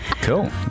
Cool